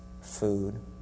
food